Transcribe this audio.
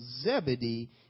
Zebedee